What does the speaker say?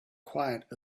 quiet